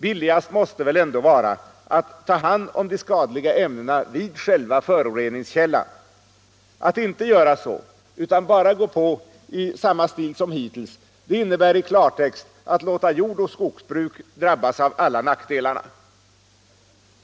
Billigast måste ändå vara att ta hand om de skadliga ämnena vid själva föroreningskällan. Att inte göra så utan bara gå på i samma stil som hittills innebär i klartext att låta jordoch skogsbruk drabbas av alla nackdelarna.